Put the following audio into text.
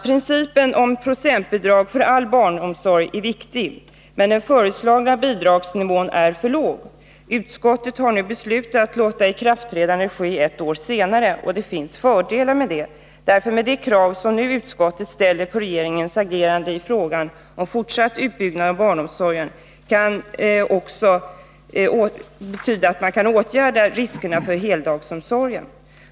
Principen om procentbidrag för all barnomsorg är viktig, men den föreslagna bidragsnivån är för låg. Utskottet har nu beslutat låta ikraftträdandet ske ett år senare. Det finns fördelar med detta. Men de krav som utskottet nu ställer på regeringens agerande i frågan om fortsatt utbyggnad av barnomsorgen kan också betyda att man kan åtgärda riskerna när det gäller heldagsomsorgen.